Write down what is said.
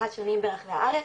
השונים ברחבי הארץ,